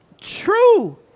True